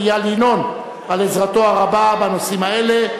איל ינון על עזרתו הרבה בנושאים האלה.